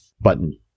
button